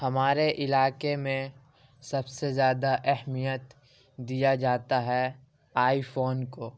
ہمارے علاقے میں سب سے زیادہ اہمیت دیا جاتا ہے آئی فون کو